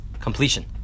completion